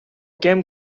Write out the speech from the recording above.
game